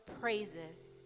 praises